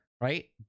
right